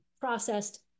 processed